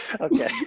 Okay